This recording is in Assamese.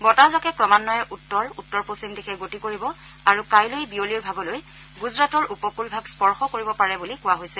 বতাহজাকে ক্ৰমান্বয়ে উত্তৰ উত্তৰ পশ্চিম দিশে গতি কৰিব আৰু কাইলৈ বিয়লিৰ ভাগলৈ গুজৰাটৰ উপকূলভাগ স্পৰ্শ কৰিব পাৰে বুলি কোৱা হৈছে